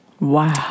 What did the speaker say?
Wow